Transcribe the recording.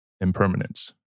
impermanence